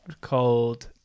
called